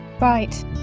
Right